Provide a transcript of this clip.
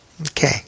Okay